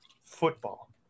Football